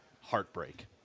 Heartbreak